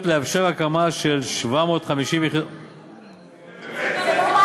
החלות ברשויות מקומיות במגזר המיעוטים" אותך זה צריך